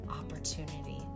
opportunity